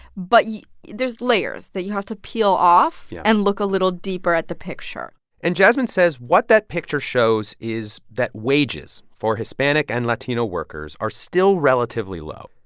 but there's layers that you have to peel off. yeah. and look a little deeper at the picture and jasmine says what that picture shows is that wages for hispanic and latino workers are still relatively low.